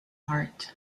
heart